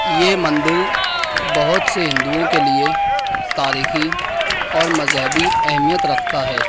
یہ مندر بہت سے ہندوؤں کے لیے تاریخی اور مذہبی اہمیت رکھتا ہے